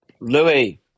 Louis